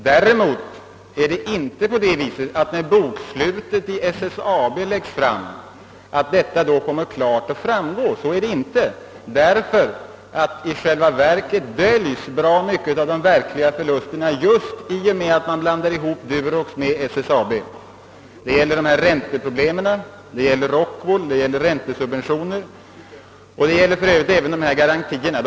Men det är inte så som herr Wickman vill göra gällande att den saken klart kommer att framgå när bokslutet i SSAB lägges fram. I själva verket döljes nämligen mycket av de verkliga kostnaderna just därigenom att man blandar ihop Durox med SSAB. Detta gäller för ränteutbetalningarna utifrån, för Rockwool, för räntesubventionerna och för de nämnda garantierna.